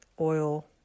oil